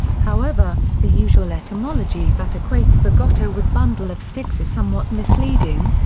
however, the usual etymology that equates fagotto with bundle of sticks is somewhat misleading,